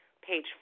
page